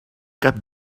cap